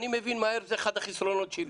אני מבין מהר, זה אחד החסרונות שלי.